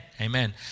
amen